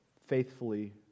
faithfully